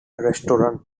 restaurant